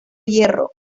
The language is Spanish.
hierro